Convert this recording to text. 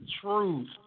Truth